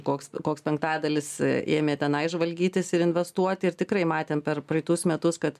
koks koks penktadalis ėmė tenai žvalgytis ir investuoti ir tikrai matėm per praeitus metus kad